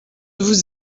vous